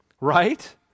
right